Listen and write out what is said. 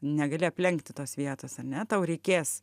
negali aplenkti tos vietos ar ne tau reikės